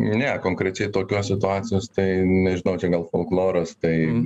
ne konkrečiai tokios situacijos tai nežinau gal folkloras tai